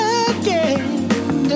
again